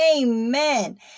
Amen